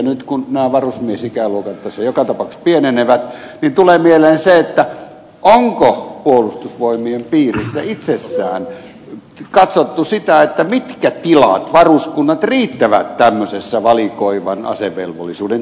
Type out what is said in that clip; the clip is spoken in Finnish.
nyt kun nämä varusmiesikäluokat joka tapauksessa pienenevät tulee mieleen se onko puolustusvoimien piirissä itsessään katsottu sitä mitkä tilat varuskunnat riittävät tämmöisessä valikoivan asevelvollisuuden tilanteessa